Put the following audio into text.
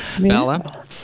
Bella